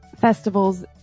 festivals